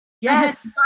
yes